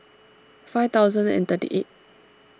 five thousand and thirty eight